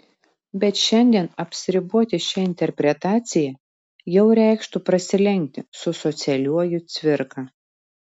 bet šiandien apsiriboti šia interpretacija jau reikštų prasilenkti su socialiuoju cvirka